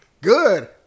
good